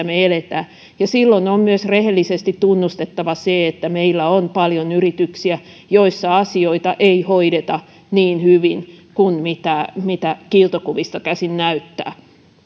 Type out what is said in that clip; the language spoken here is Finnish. me elämme silloin on myös rehellisesti tunnustettava se että meillä on paljon yrityksiä joissa asioita ei hoideta niin hyvin kuin miltä kiiltokuvista käsin näyttää